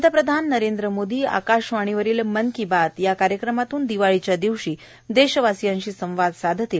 पंतप्रधान नरेंद्र मोदी आकाशवाणीवरील मन की बात या कार्यक्रमातून दिवाळीच्या दिवशी देशवासियांशी संवाद साधतील